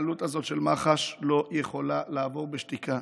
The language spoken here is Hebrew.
שההתנהלות הזאת של מח"ש לא יכולה לעבור בשתיקה.